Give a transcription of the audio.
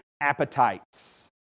appetites